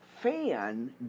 fan